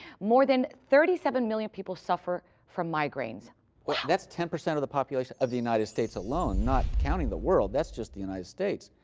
more than thirty seven million people suffer from migraines. wow! and that's ten percent of the population of the united states alone. not counting the world. that's just the united states.